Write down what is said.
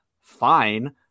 fine